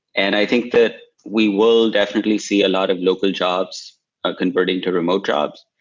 and i think that we will definitely see a lot of local jobs ah converting to remote jobs.